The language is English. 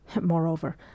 Moreover